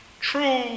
True